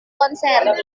konser